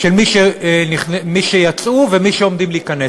של מי שיצאו ומי שעומדים להיכנס,